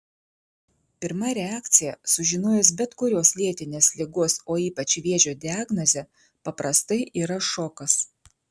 pirma reakcija sužinojus bet kurios lėtinės ligos o ypač vėžio diagnozę paprastai yra šokas